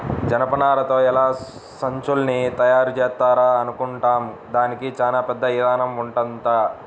జనపనారతో ఎలా సంచుల్ని తయారుజేత్తారా అనుకుంటాం, దానికి చానా పెద్ద ఇదానం ఉంటదంట